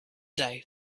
day